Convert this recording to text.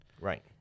right